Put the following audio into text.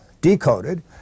decoded